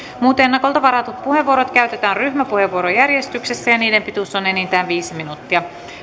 muut ennakolta varatut puheenvuorot käytetään ryhmäpuheenvuorojärjestyksessä ja niiden pituus on enintään viisi minuuttia